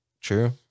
true